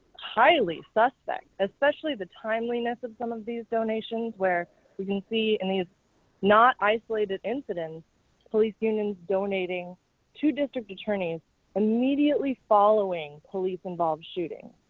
highly suspect, especially the timeliness of some of these donations, where we can see and it's not isolated incidents police unions donating to district attorney's immediately following police involved shooting.